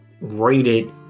rated